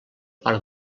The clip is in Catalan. part